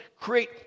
create